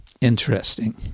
Interesting